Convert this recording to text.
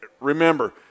remember